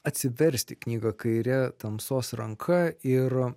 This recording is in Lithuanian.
atsiversti knygą kairė tamsos ranka ir